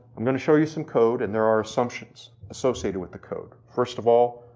i'm gonna show you some code, and there are assumptions associated with the code. first of all,